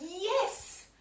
yes